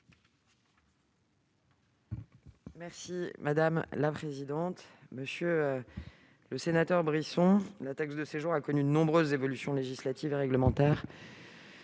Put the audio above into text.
est à Mme la secrétaire d'État. Monsieur le sénateur Brisson, la taxe de séjour a connu de nombreuses évolutions législatives et réglementaires